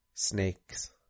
Snakes